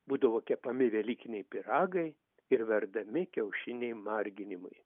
būdavo kepami velykiniai pyragai ir verdami kiaušiniai marginimui